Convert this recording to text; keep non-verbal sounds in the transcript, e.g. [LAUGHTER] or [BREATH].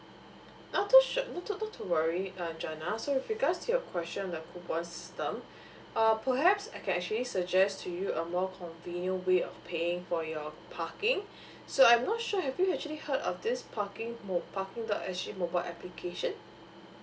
not to not to worry uh jenna so with regards to your question about the coupon system [BREATH] uh perhaps I can actually suggest to you a more convenient way of paying for your parking [BREATH] so I am not sure have you actually heard of this parking parking dot sg mobile application